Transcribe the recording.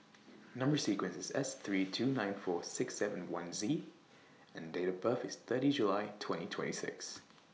Number sequence IS S three two nine four six seven one Z and Date of birth IS thirty July twenty twenty six